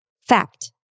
Fact